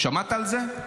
שמעת על זה?